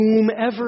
whomever